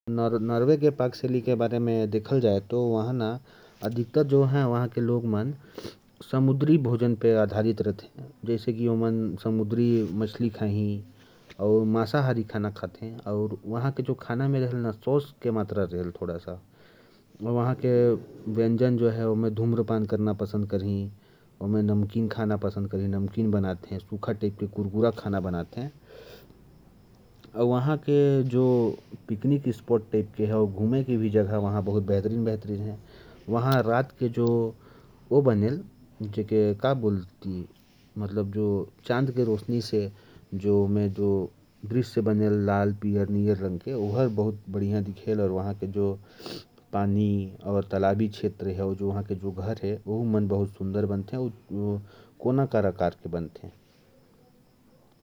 नॉर्वे की पाक शैली देखी जाए तो, वहां के लोग समुद्री भोजन खाना बहुत पसंद करते हैं, और खाना में सॉस की मात्रा ज्यादा रहती है। इसके अलावा, कुरकुरा टाइप की सामग्री खाना भी पसंद करते हैं। पानी के आसपास के जो इलाके हैं, वे बहुत सुंदर हैं। और वहां के घर आमतौर पर कोने की ओर बने होते हैं।